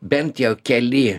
bent jau keli